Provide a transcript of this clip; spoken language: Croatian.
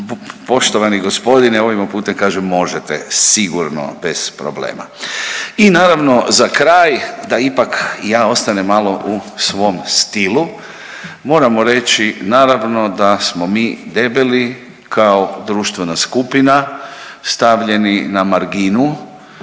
poštovani gospodine, ovim putem vam kažem možete sigurno bez problema. I naravno za kraj da ipak ja ostanem malo u svom stilu moramo reći naravno da smo mi debeli kao društvena skupina, stavljeni na marginu